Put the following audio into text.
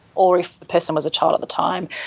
or, if the person was a child at the time,